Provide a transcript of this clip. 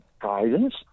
guidance